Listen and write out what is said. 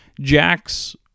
Jack's